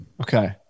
Okay